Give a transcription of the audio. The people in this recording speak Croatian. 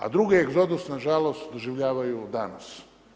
A drugi egzodus nažalost doživljavaju danas.